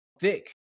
thick